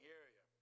area